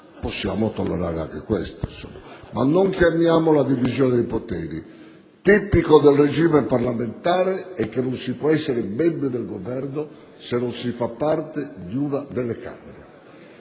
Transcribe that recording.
possiamo tollerare anche questo, ma non chiamiamola divisione dei poteri. Tipico del regime parlamentare è che non si può essere membri del Governo se non si fa parte di una Camera,